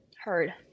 heard